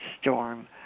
storm